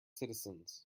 citizens